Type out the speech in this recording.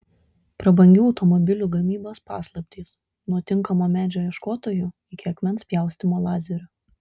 prabangių automobilių gamybos paslaptys nuo tinkamo medžio ieškotojų iki akmens pjaustymo lazeriu